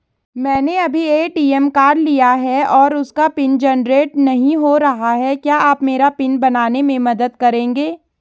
मैंने अभी ATM card लिया है और उसका पिन जेनरेट नहीं हो रहा है क्या आप मेरा पिन बनाने में मदद करेंगे?